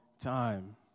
time